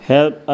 Help